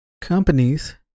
companies